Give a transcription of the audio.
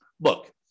look